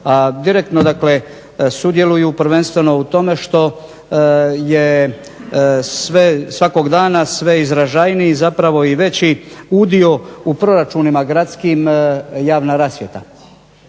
dakle sudjeluju prvenstveno u tome što je svakog dana sve izražajniji zapravo i veći udio u proračunima gradskim javna rasvjeta.